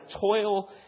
toil